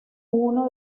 uno